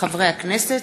חברי הכנסת,